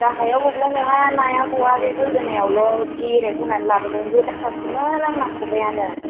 गाहायाव गब्लं नङा नाया गवा बे गोदोनायावल' गेरेब होनानै लाबोदों गोदानखासोमोन आंना खबाइआनो